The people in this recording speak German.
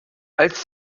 als